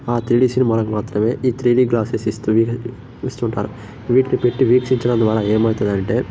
ఆ త్రీడి సినిమాలకు మాత్రమే ఈ త్రీడి గ్లాసెస్ ఇస్తూ వీ ఇస్తుంటారు వీటికి పెట్టి వీక్షించడం ద్వారా ఏమవుతదంటే